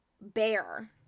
bear